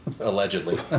Allegedly